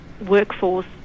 workforce